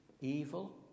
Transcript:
evil